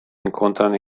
incontrano